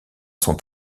sont